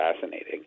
fascinating